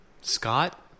Scott